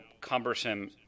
cumbersome